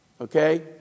Okay